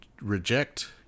reject